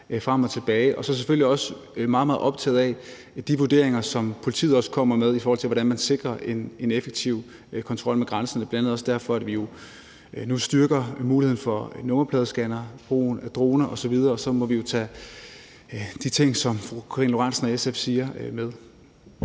frem og tilbage. Så er vi selvfølgelig også meget, meget optaget af de vurderinger, som politiet også kommer med, i forhold til hvordan man sikrer en effektiv kontrol ved grænserne, og det er bl.a. også derfor, at vi jo nu styrker muligheden for brugen af nummerpladescannere, droner osv., og så må vi jo så tage de ting, som fru Karina Lorentzen Dehnhardt og SF siger, med.